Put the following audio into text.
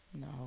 No